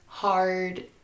hard